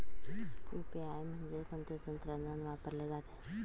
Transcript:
UPI मध्ये कोणते तंत्रज्ञान वापरले जाते?